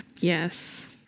Yes